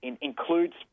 includes